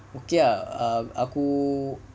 okay lah aku